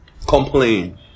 complain